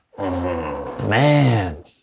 man